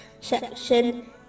section